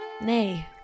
Nay